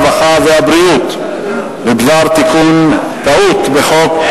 הרווחה והבריאות בדבר תיקון טעות בחוק,